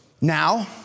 Now